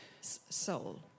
soul